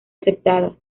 aceptada